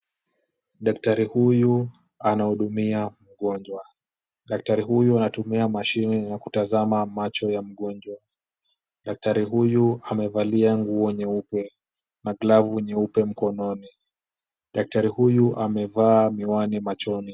Daktari huyu anahudumia mgonjwa. Daktari huyu anatumia mashine ya kutazama macho ya mgonjwa. Daktari huyu amevalia nguo nyeupe na glavu nyeupe mkononi. Daktari huyu amevaa miwani machoni.